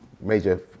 major